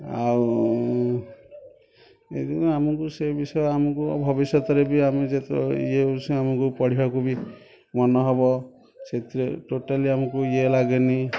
ଆଉ ଆମକୁ ସେ ବିଷୟ ଆମକୁ ଭବିଷ୍ୟତରେ ବି ଆମେ ଯେତେ ଇଏ ଆମକୁ ପଢ଼ିବାକୁ ବି ମନ ହବ ସେଥିରେ ଟୋଟାଲି ଆମକୁ ଇଏ ଲାଗେନି